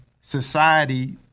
society